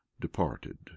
departed